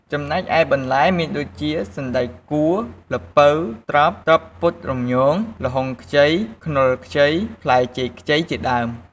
ចំណែកឯបន្លែមានដូចជា សណ្ដែកកួរ ល្ពៅ ត្រប់ ត្រប់ពុតលំញង ល្ហុងខ្ចី ខ្នុរខ្ចី ផ្លែចេកខ្ចីជាដើម។